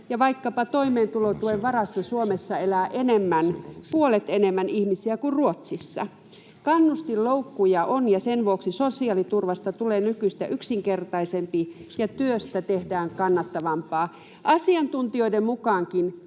ja vaikkapa toimeentulotuen varassa Suomessa elää puolet enemmän ihmisiä kuin Ruotsissa. Kannustinloukkuja on, ja sen vuoksi sosiaaliturvasta tulee nykyistä yksinkertaisempi, ja työstä tehdään kannattavampaa. Asiantuntijoiden mukaankin